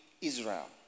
Israel